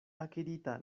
akirita